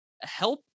help